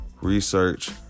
research